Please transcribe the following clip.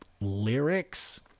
lyrics